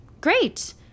great